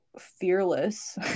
fearless